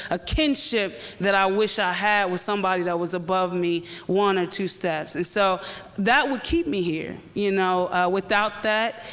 a kinship, that i wish i had with somebody that was above me one or two steps. and so that would keep me here. you know without that,